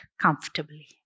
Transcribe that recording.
comfortably